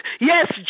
Yes